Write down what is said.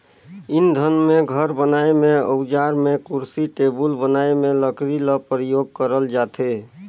इंधन में, घर बनाए में, अउजार में, कुरसी टेबुल बनाए में लकरी ल परियोग करल जाथे